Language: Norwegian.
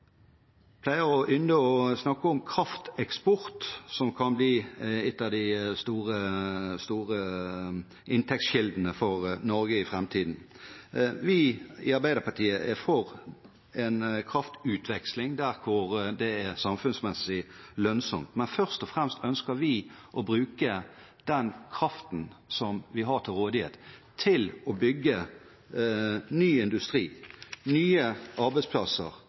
å snakke om krafteksport, som kan bli en av de store inntektskildene for Norge i framtiden. Vi i Arbeiderpartiet er for en kraftutveksling der det er samfunnsmessig lønnsomt. Men først og fremst ønsker vi å bruke den kraften som vi har til rådighet, til å bygge ny industri, til nye arbeidsplasser